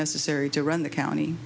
necessary to run the county